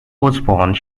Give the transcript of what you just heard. osbourne